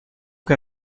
que